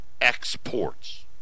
exports